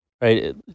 right